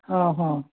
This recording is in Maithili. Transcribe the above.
हँ हँ